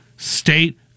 State